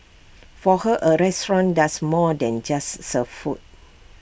for her A restaurant does more than just serve food